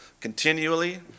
continually